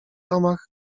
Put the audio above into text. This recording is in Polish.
domach